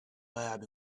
lab